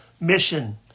mission